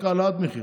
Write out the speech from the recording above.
רק העלאת מחירים,